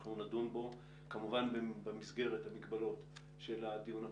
אנחנו נדון בו כמובן במסגרת המגבלות של הדיון הפתוח,